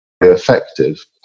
effective